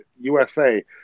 USA